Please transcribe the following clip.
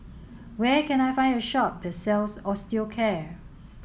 where can I find a shop that sells Osteocare